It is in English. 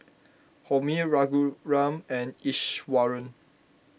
Homi Raghuram and Iswaran